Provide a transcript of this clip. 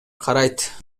карайт